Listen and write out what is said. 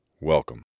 Welcome